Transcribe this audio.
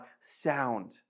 sound